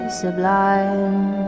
sublime